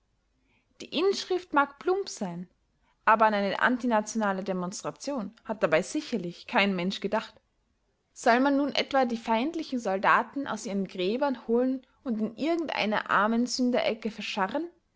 die inschrift mag plump sein aber an eine antinationale demonstration hat dabei sicherlich kein mensch gedacht soll man nun etwa die feindlichen soldaten aus ihren gräbern holen und in irgendeiner armensünderecke verscharren